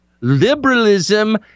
liberalism